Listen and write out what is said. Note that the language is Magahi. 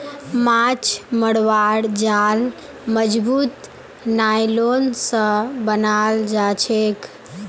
माछ मरवार जाल मजबूत नायलॉन स बनाल जाछेक